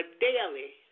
daily